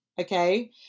okay